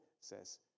says